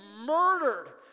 murdered